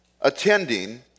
attending